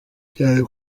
cyane